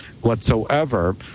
whatsoever